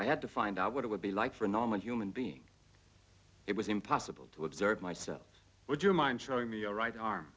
i had to find out what it would be like for a normal human being it was impossible to observe myself would you mind showing me your right arm